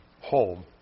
home